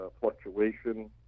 fluctuation